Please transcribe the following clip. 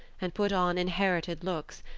and put on inherited looks,